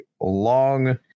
long